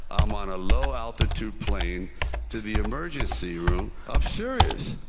i'm on a low-altitude plane to the emergency room, i'm serious!